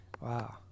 Wow